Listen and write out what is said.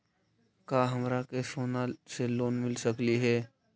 का हमरा के सोना से लोन मिल सकली हे?